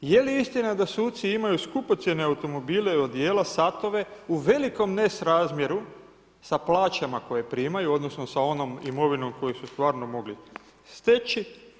Je li istina da suci imaj skupocjene automobile i odijela, satove u velikom nesrazmjeru, sa plaćanima koje primaju, odnosno, s onom imovinom koju su stvarno mogli steći.